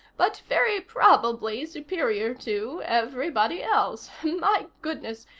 but very probably superior to, everybody else my goodness,